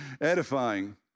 edifying